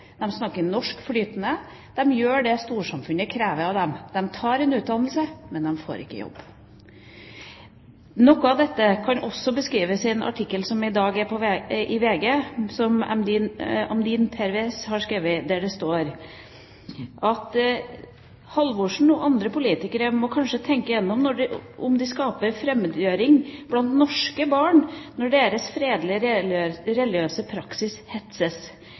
snakker norsk flytende, de gjør det storsamfunnet krever av dem. De tar en utdannelse – men de får ikke jobb. Noe av dette er også beskrevet i en artikkel i VG i dag av Ambreen Pervez. Der står det: «Halvorsen og andre politikere må også tenke på at de skaper fremmedgjøring blant norske barn når deres fredelige, religiøse praksis hetses.